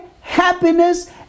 happiness